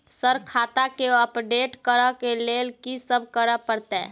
Sir खाता केँ update करऽ लेल की सब करै परतै?